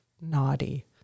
naughty